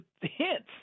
hints